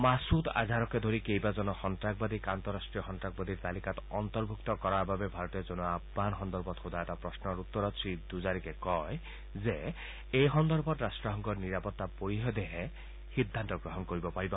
মাছুদ আজাহাৰকে ধৰি কেইবাজনো সন্তাসবাদীক আন্তঃৰাষ্ট্ৰীয় সন্তাসবাদীৰ তালিকাত অন্তৰ্ভূক্ত কৰাৰ বাবে ভাৰতে জনোৱা আহান সন্দৰ্ভত সোধা এটা প্ৰশ্নৰ উত্তৰত শ্ৰীডুজাৰিকে কয় যে এই সন্দৰ্ভত ৰাট্টসংঘৰ নিৰাপত্তা পৰিষদেহে এই সন্দৰ্ভত কোনো সিদ্ধান্ত গ্ৰহণ কৰিব পাৰিব